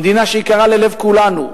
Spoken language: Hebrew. המדינה שהיא יקרה ללב כולנו.